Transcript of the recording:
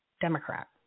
Democrat